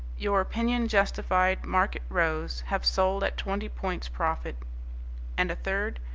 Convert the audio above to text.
your opinion justified market rose have sold at twenty points profit and a third,